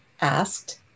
asked